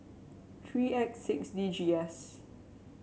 three X six D G S